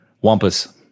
Wampus